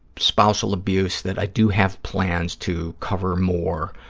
spousal abuse, that i do have plans to cover more